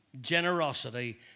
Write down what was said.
Generosity